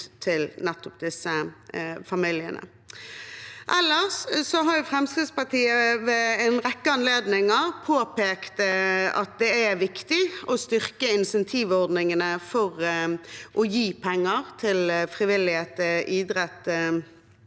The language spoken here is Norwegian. disse familiene. Ellers har Fremskrittspartiet ved en rekke anledninger påpekt at det er viktig å styrke insentivordningene for å gi penger til frivillighet, idrett og